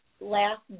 last